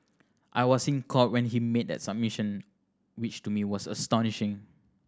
I was in Court when he made that submission which to me was astonishing